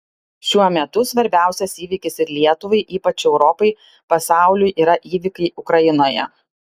šiuo metu svarbiausias įvykis ir lietuvai ypač europai pasauliui yra įvykiai ukrainoje